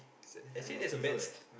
ya I got fever eh